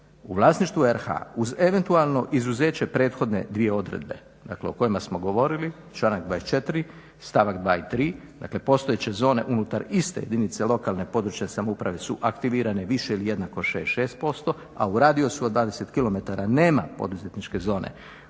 u vlasništvu RH uz eventualno izuzeće prethodne dvije odredbe, dakle o kojima smo govorili članak 24. stavak 2 i 3. Dakle, postojeće zone unutar iste jedinice lokalne, područne samouprave su aktivirane više ili jednako 66%, a u radijusu od 20 km nema poduzetničke zone